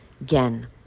again